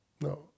No